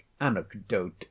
anecdote